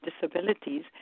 disabilities